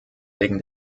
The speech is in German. wegen